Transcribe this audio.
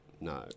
no